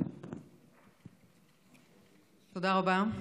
תודה רבה.